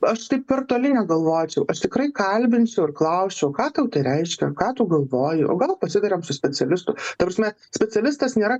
aš taip per toli negalvočiau aš tikrai kalbinčiau ir klausčiau ką tau tai reiškia ką tu galvoji o gal pasitariam su specialistu ta prasme specialistas nėra